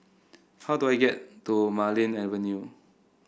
how do I get to Marlene Avenue